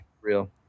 Real